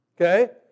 Okay